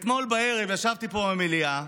אתמול בערב ישבתי פה במליאה,